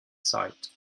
sight